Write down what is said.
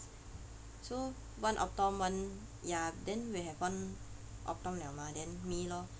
so one optom one ya then we have one optom liao mah then me lor